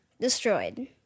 Destroyed